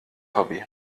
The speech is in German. hobby